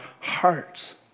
hearts